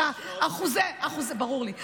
יש עוד, זה ברור לי.